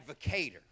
advocator